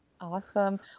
Awesome